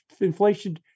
inflation